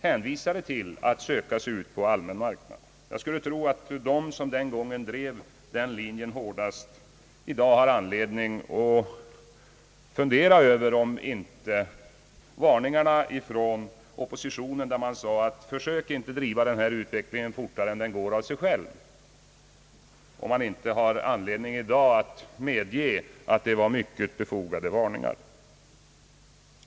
Jag skulle tro att de som 1966 hårdast drev rationaliseringslinjen i dag har all anledning att fundera över om inte varningarna från oppositionen, att man inte skulle försöka driva denna utveckling fortare än den går av sig själv, var mycket befogade. Nu hänvisas ofta till den s.k. KSA utredningen.